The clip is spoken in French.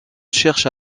cherche